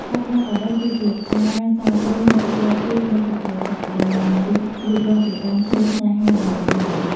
ការផ្ដល់កាដូគឺជាការសាបព្រោះនូវគ្រាប់ពូជនៃសេចក្ដីសុខ ដែលនឹងរីកលូតលាស់ជាដើមឈើស្នេហាដ៏រឹងមាំ។